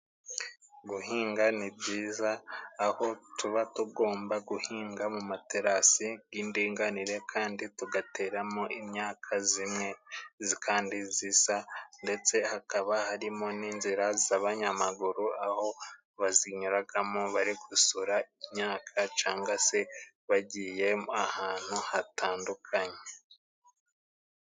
Guhinga ni byiza aho tuba tugomba guhinga mu materasi y'indinganire kandi tugateramo imyaka zimwe kandi zisa ndetse hakaba harimo n'inzira z'abanyamaguru aho bazinyuragamo bari gusura imyaka canga se bagiye ahantu hatandukanye.